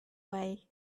way